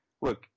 look